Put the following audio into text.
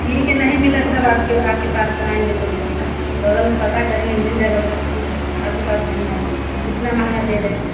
ठीक है नहीं मिले तब आपके आपके पास आएंगे तो लेंगे ना बग़ल में पता करेंगे मिल जाएगा तो ठीक ही रहेगा आपके पास नहीं आएंगे इतना महंगा दे रहे हैं